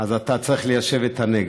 אז אתה צריך ליישב את הנגב.